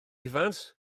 evans